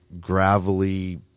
gravelly